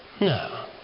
No